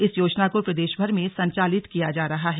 इस योजना को प्रदेशभर में संचालित किया जा रहा हैं